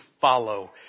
follow